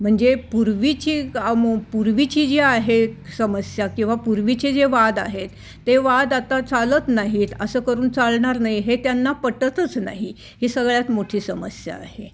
म्हणजे पूर्वीची का म पूर्वीची जी आहे समस्या किंवा पूर्वीचे जे वाद आहेत ते वाद आता चालत नाहीत असं करून चालणार नाही हे त्यांना पटतच नाही ही सगळ्यात मोठी समस्या आहे